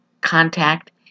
contact